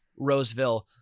Roseville